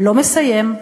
לא מסיים,